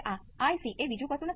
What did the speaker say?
તો પછી ઉપાય શું